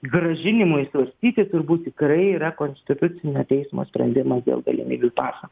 grąžinimui svarstyti turbūt tikrai yra konstitucinio teismo sprendimas dėl galimybių paso